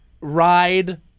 Ride